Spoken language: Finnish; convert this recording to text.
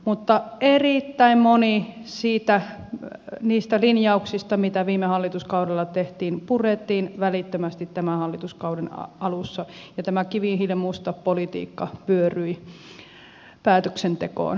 mutta erittäin moni niistä linjauksista mitä viime hallituskaudella tehtiin purettiin välittömästi tämän hallituskauden alussa ja tämä kivihiilenmusta politiikka vyöryi päätöksentekoon